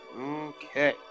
Okay